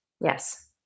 Yes